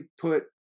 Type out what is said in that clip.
put